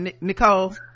nicole